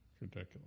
Ridiculous